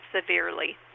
severely